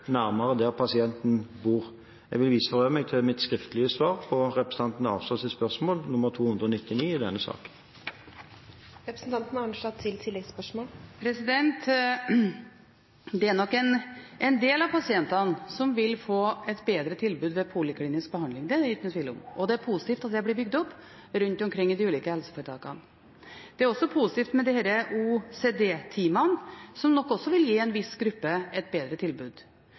nærmere der de bor. Jeg vil for øvrig vise til mitt skriftlige svar på representanten Arnstads spørsmål nr. 299 i denne saken. Det er nok en del av pasientene som vil få et bedre tilbud med poliklinisk behandling. Det er det ikke noen tvil om. Det er positivt at det blir bygd opp rundt omkring i de ulike helseforetakene, og det er positivt med disse OCD-teamene, som nok også vil gi en viss gruppe et bedre tilbud.